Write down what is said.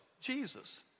Jesus